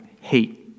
hate